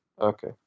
Okay